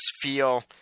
feel